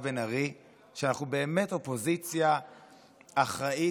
בן ארי: אנחנו באמת אופוזיציה אחראית,